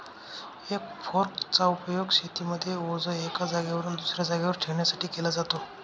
हे फोर्क चा उपयोग शेतीमध्ये ओझ एका जागेवरून दुसऱ्या जागेवर ठेवण्यासाठी केला जातो